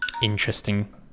interesting